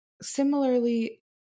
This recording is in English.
similarly